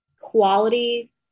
quality